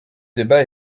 débat